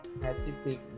Pacific